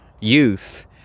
youth